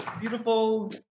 beautiful